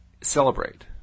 celebrate